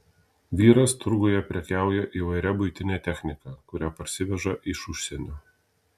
vyras turguje prekiauja įvairia buitine technika kurią parsiveža iš užsienio